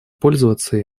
пользоваться